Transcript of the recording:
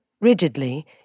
Rigidly